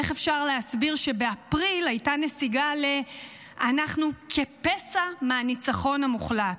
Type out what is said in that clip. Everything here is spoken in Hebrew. איך אפשר להסביר שבאפריל הייתה נסיגה ל"אנחנו כפסע מהניצחון המוחלט"?